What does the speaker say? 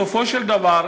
בסופו של דבר,